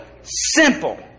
simple